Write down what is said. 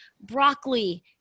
broccoli